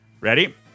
Ready